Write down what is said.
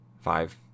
Five